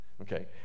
Okay